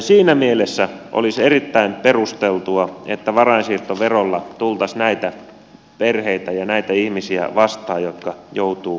siinä mielessä olisi erittäin perusteltua että varainsiirtoverolla tultaisiin näitä perheitä ja näitä ihmisiä vastaan jotka joutuvat näin tekemään